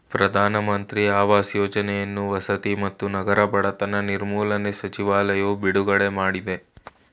ಪ್ರಧಾನ ಮಂತ್ರಿ ಆವಾಸ್ ಯೋಜನೆಯನ್ನು ವಸತಿ ಮತ್ತು ನಗರ ಬಡತನ ನಿರ್ಮೂಲನೆ ಸಚಿವಾಲಯವು ಬಿಡುಗಡೆ ಮಾಡಯ್ತೆ